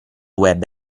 web